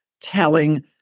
telling